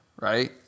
Right